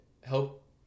help